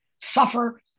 suffer